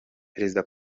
perezida